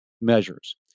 measures